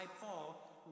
Paul